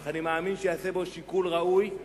אך אני מאמין שייעשה לגביו שיקול ראוי.